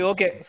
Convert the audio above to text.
Okay